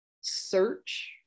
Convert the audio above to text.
Search